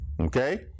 Okay